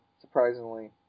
surprisingly